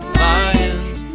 lions